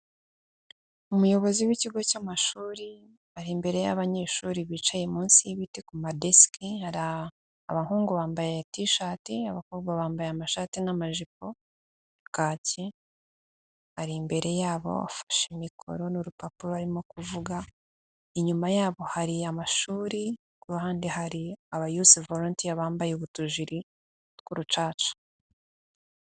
Umuyobozi w'ikigo cy'amashuri, ari imbere y'abanyeshuri bicaye munsi y'ibiti ku madeske, abahungu bambaye t shat, abakobwa bambaye amashati n'amajipo, kaki, ari imbere yabo bafashe mikoro n'urupapuro barimo kuvuga, inyuma yabo hari amashuri, kuhande hari aba youth volunteers bambaye utujiri tw'urucaca.